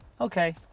Okay